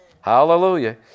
Hallelujah